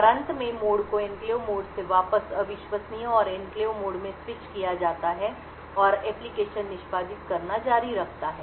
और अंत में मोड को एन्क्लेव मोड से वापस अविश्वसनीय और एन्क्लेव मोड में स्विच किया जाता है और एप्लिकेशन निष्पादित करना जारी रखता है